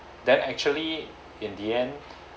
then actually in the end